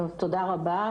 תודה רבה,